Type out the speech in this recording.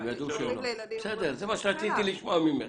זה מה שרציתי לשמוע ממך.